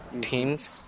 teams